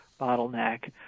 bottleneck